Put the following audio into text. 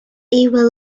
evil